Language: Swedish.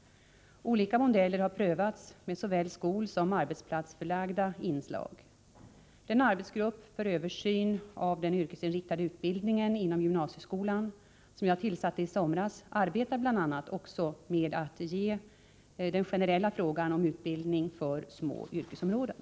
Olika modeller har prövats med såväl skolsom arbetsplatsförlagda inslag. Den arbetsgrupp för översyn av den yrkesinriktade utbildningen inom gymnasieskolan, som jag tillsatte i somras, arbetar bl.a. också med den generella frågan om utbildning för små yrkesområden.